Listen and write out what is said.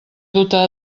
duta